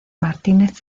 martínez